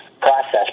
process